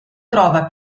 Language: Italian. trova